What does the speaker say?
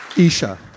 Isha